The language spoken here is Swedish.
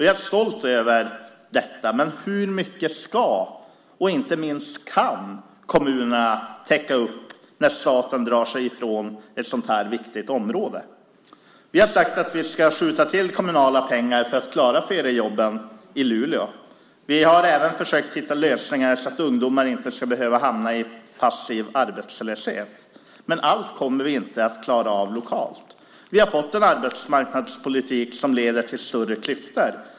Jag är stolt över detta. Men hur mycket ska och inte minst kan kommunerna täcka upp när staten drar sig bort från ett så här viktigt område? Vi har sagt att vi ska skjuta till kommunala pengar för att klara feriejobben i Luleå. Vi har även försökt att hitta lösningar så att ungdomar inte ska behöva hamna i passiv arbetslöshet, men vi kommer inte att klara av allt lokalt. Vi har fått en arbetsmarknadspolitik som leder till större klyftor.